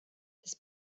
das